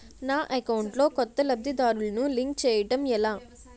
నా అకౌంట్ లో కొత్త లబ్ధిదారులను లింక్ చేయటం ఎలా?